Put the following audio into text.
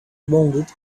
wounded